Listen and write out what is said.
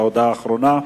ההודעה האחרונה.